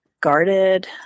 guarded